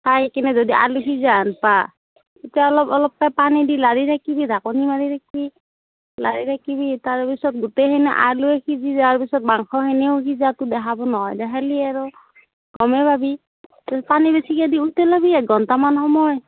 চাই কিনে যদি আলু সিজা হেন পা তেতিয়া অলপ অলপকৈ পানী দি লাৰি থাকিবি ঢাকনি মাৰি ৰাখিবি লাৰি থাকিবি তাৰপিছত গোটেখিনি আলু সিজি যোৱাৰ পিছত মাংসখিনিও সিজাটো দেখাব নহয় দেখিলে আৰু গমে পাবি তই পানী বেছিকৈ দি উতলাবি এঘণ্টামান সময়